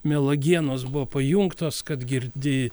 mielagienos buvo pajungtos kad girdi